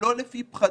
ולא לפי פחדים.